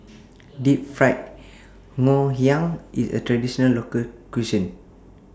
Deep Fried Ngoh Hiang IS A Traditional Local Cuisine